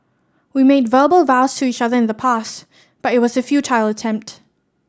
we made verbal vows to each other in the past but it was a futile attempt